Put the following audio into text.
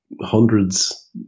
hundreds